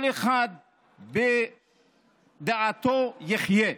כל אחד בדעתו יחיה.